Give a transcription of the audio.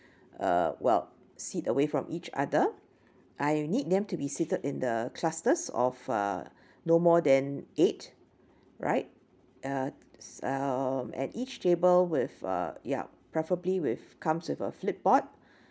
uh well sit away from each other I need them to be seated in the clusters of uh no more than eight right uh um at each table with uh yup preferably with comes with a flip board